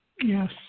Yes